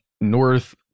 north